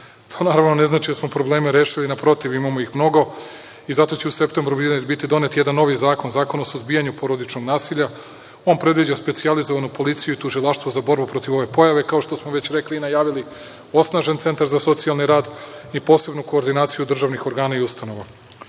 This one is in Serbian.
To, naravno, ne znači da smo probleme rešili. Naprotiv, imamo ih mnogo. Zato će u septembru biti donet jedan novi zakon, zakon o suzbijanju porodičnog nasilja. On predviđa specijalizovanu policiju i tužilaštvo za borbu protiv ove pojave, kao što smo već rekli i najavili, osnažen centar za socijalni rad i posebnu koordinaciju državnih organa i ustanova. Posebno